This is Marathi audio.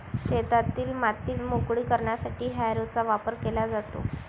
शेतातील माती मोकळी करण्यासाठी हॅरोचा वापर केला जातो